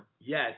Yes